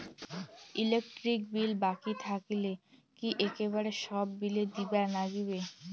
Electric bill বাকি থাকিলে কি একেবারে সব বিলে দিবার নাগিবে?